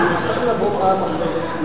צריך לבוא פעם אחרת,